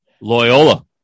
Loyola